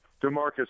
DeMarcus